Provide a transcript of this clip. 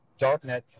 Darknet